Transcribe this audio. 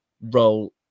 role